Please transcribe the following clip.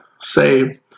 say